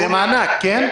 זה מענק, כן?